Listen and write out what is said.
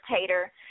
hater –